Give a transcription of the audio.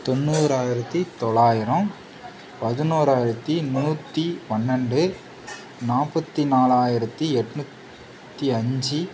தொண்ணுறாயிரத்தி தொள்ளாயிரம் பதினோறாயிரத்தி நூற்றி பன்னெண்டு நாற்பத்தி நாலாயிரத்தி எண்னூத்தி அஞ்சு